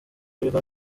b’ibigo